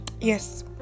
yes